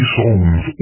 songs